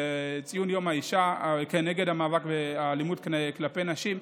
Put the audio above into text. לציון יום האישה, נגד האלימות כלפי נשים,